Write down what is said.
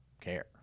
care